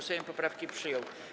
Sejm poprawki przyjął.